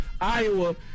Iowa